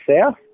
south